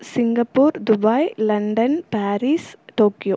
Singapore Dubai London Paris Tokyo